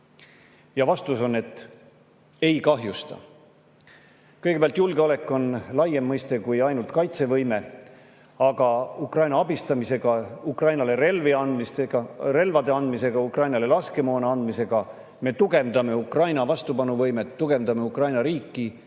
Ja vastus on, et ei kahjusta. Kõigepealt, julgeolek on laiem mõiste kui ainult kaitsevõime. Ukraina abistamisega, Ukrainale relvade andmisega, Ukrainale laskemoona andmisega me tugevdame Ukraina vastupanuvõimet, tugevdame Ukraina riiki